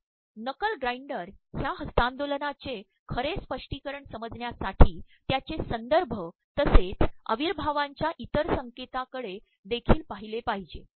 'knuckle grinder' या हस्त्तांदोलनाचे खरे स्त्पष्िीकरण समजण्यासाठी त्याचे संदभय तसेच अप्रवभायवांच्या इतर संके तांकडे देखील पाद्रहले पाद्रहजे